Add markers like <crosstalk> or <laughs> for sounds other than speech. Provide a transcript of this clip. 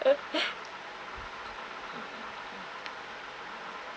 <laughs>